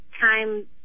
time